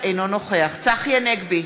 אינו נוכח צחי הנגבי,